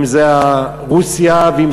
אם מרוסיה ואם